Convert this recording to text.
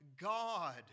God